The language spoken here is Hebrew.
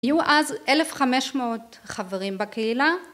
יהיו אז אלף חמש מאות חברים בקהילה.